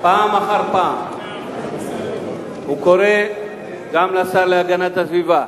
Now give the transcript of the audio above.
אחר פעם הוא קורא גם לשר להגנת הסביבה,